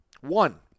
One